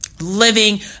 living